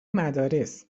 مدارس